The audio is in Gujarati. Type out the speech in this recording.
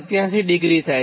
87° થાય